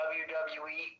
wwe